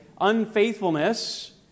Unfaithfulness